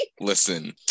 listen